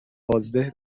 بازده